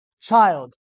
child